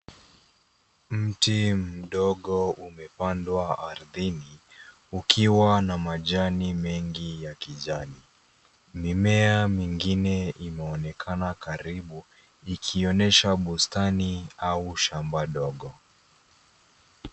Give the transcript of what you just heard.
Mti mdogo umepandwa ardhini ukiwa na majani mengi ya kijani, mimea mingine inaonekana karibu ikionyesha bustani au shamba ndogo.